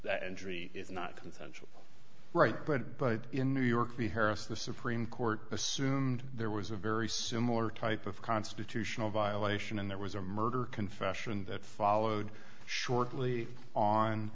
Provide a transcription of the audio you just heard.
injury is not consensual right but but in new york the harris the supreme court assumed there was a very similar type of constitutional violation and there was a murder confession that followed shortly on